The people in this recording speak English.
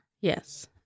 Yes